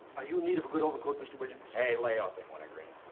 are you in need of a good overcoat, mr. williams? hey, lay off him, wintergreen.